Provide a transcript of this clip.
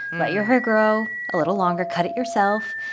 let your hair grow a little longer cut it yourself.